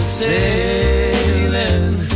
sailing